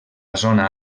zona